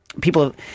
people –